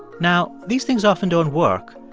now, these things often don't work,